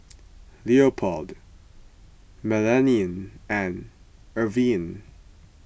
Leopold Melanie and Irvine